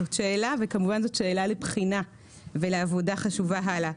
זאת שאלה וכמובן זאת שאלה לבחינה ולעבודה חשובה הלאה.